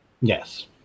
Yes